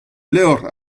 levr